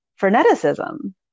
freneticism